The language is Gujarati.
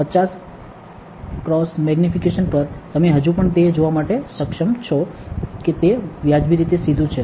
50 x મેગ્નિફિકેશન પર તમે હજી પણ તે જોવા માટે સક્ષમ છો કે તે વ્યાજબી રીતે સીધું છે